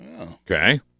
Okay